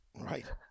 Right